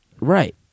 Right